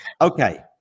Okay